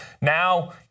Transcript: now